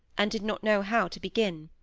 and did not know how to begin.